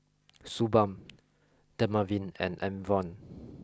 suu balm Dermaveen and Enervon